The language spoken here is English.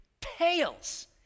pales